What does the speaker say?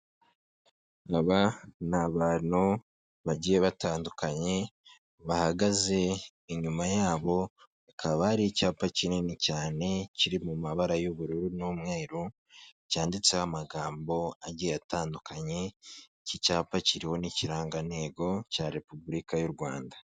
Aba ni abantu bagiye batandukanye, bahagaze, inyuma yabo hakaba ari icyapa kinini cyane kiri mu mabara y'ubururu n'umweru, cyanditseho amagambo agiye atandukanye, icyapa kiriho n'ikirangantego cya Repubulika y'u Rwanda.